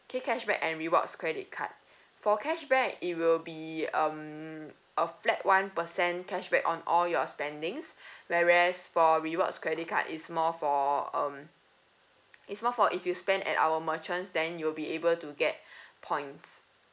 K cashback and rewards credit card for cashback it will be um a flat one percent cashback on all your spending whereas for rewards credit card is more for um it's more for if you spend at our merchants then you'll be able to get points